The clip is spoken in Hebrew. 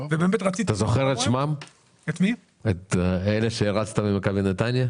--- אתה זוכר את אלה שהערצת במכבי נתניה?